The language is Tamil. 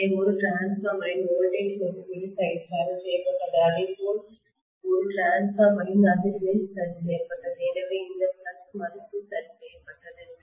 எனவே ஒரு டிரான்ஸ்பார்மரின் வோல்டேஜ் மதிப்பீடு சரி செய்யப்பட்டது அதேபோல் ஒரு டிரான்ஸ்பார்மரின் அதிர்வெண் சரி செய்யப்பட்டது எனவே இந்த ஃப்ளக்ஸ் மதிப்பு சரி செய்யப்பட்டது